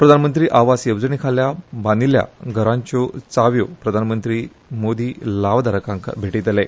प्रधानमंत्री आवास येवजणेखाला बांदिल्ल्या घरांच्यो चाव्यो प्रधानमंत्री मोदी लावधारकांक भेटयतले